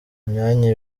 imyanya